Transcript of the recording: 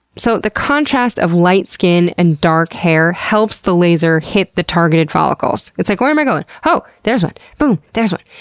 so, the contrast of light skin and dark hair helps the laser hit the targeted follicles. it's like where am i going? oh! there's one! boom! there's one!